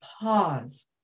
pause